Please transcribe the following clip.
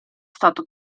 stato